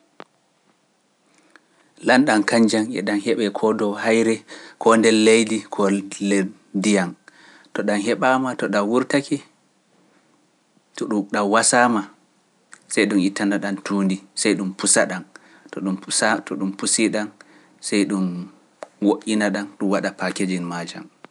Lanɗam kañƴe heɓe koo dow haayre ko nder leydi ko nder ndiyam to ɗam heɓaama to ɗam wurtake to ɗum ɗam wasama sey ɗum ittana ɗam tuundi sey ɗum pusa ɗam to ɗum pusa to ɗum pusi ɗam sey ɗum woƴƴina ɗam ɗum waɗa paa kejil maa jaam.